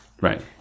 Right